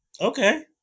Okay